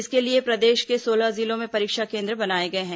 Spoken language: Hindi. इसके लिए प्रदेश के सोलह जिलों में परीक्षा केन्द्र बनाए गए हैं